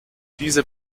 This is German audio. diese